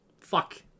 Fuck